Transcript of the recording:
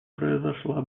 произошла